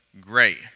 Great